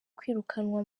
kwirukanwa